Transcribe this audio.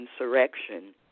insurrection